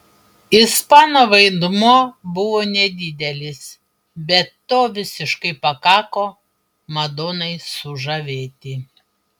ispano vaidmuo buvo nedidelis bet to visiškai pakako madonai sužavėti